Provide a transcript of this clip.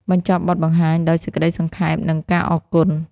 បញ្ចប់បទបង្ហាញដោយសេចក្តីសង្ខេប និងការអរគុណ។